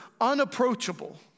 unapproachable